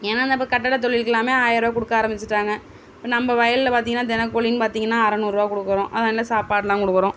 ஏன்னால் நம்ம கட்டட தொழிலுக்கெல்லாமே ஆயிரம் ரூபா கொடுக்க ஆரமிச்சுட்டாங்க இப்போ நம்ம வயலில் பார்த்தீங்கன்னா தினக்கூலின்னு பார்த்தீங்கன்னா அறநூறு ரூபா கொடுக்கறோம் அதுவும் இல்லாமல் சாப்பாடெலாம் கொடுக்கறோம்